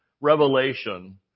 revelation